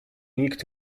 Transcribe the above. nikt